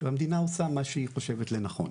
והמדינה עושה מה שהיא חושבת לנכון.